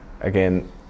again